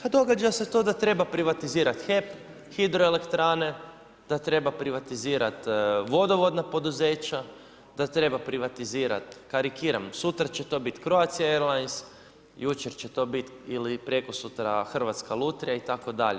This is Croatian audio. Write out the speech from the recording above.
Ha događa se to da treba privatizirati HEP, hidroelektrane, da treba privatizirati vodovodna poduzeća, da treba privatizirati, karikiram sutra će to biti Croatia airlines, jučer će to biti ili prekosutra Hrvatska lutrija itd.